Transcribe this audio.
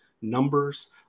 numbers